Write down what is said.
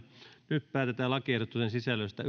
nyt päätetään lakiehdotusten sisällöstä